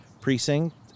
precinct